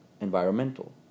environmental